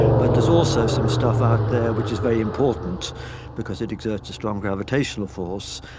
but there is also some stuff out there which is very important because it exerts a strong gravitational force,